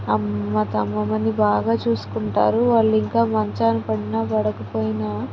అమ్మమ్మ తమ్ముళ్ళని బాగా చూసుకుంటారు వాళ్ళు ఇంకా మంచాన పడినా పడకపోయినా